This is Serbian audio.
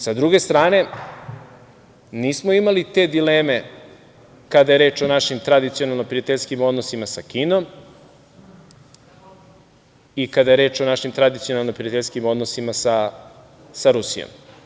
Sa druge strane nismo imali te dileme kada je reč o našim tradicionalnim prijateljskim odnosima sa Kinom, i kada je reč o našim tradicionalno prijateljskim odnosnima sa Rusijom.